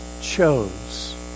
chose